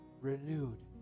renewed